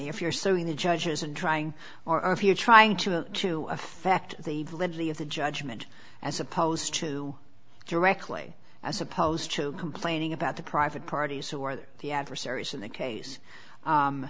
if you're saying the judges and trying or if you're trying to to affect the validity of the judgment as opposed to directly as opposed to complaining about the private parties who are the adversaries in the case